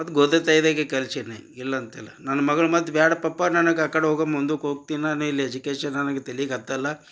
ಮತ್ತು ಗೋದತಾಯಿದಾಗೆ ಕಲ್ಸೀನಿ ಇಲ್ಲಂತಿಲ್ಲ ನನ್ನ ಮಗಳು ಮತ್ತು ಬ್ಯಾಡ ಪಪ್ಪ ನನಗೆ ಆ ಕಡ ಹೋಗಿ ಮುಂದಕ್ಕೆ ಹೋಗ್ತೀನಾ ನಾ ಇಲ್ಲಿ ಎಜುಕೇಶನ್ ನನಗೆ ತಲಿಗೆ ಹತ್ತಲ್ಲ